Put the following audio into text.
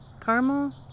caramel